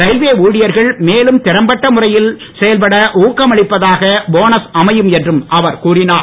railway ஊழியர்கள் மேலும் திறம்பட்ட முறையில் செயல்பட ஊக்கமளிப்பதாக போனஸ் அமையும் என்றும் அவர் கூறினார்